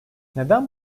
neden